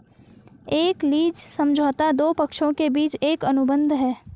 एक लीज समझौता दो पक्षों के बीच एक अनुबंध है